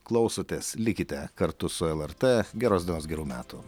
klausotės likite kartu su lrt geros dienos gerų metų